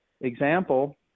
example